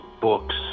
books